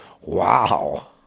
Wow